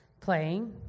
Playing